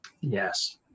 Yes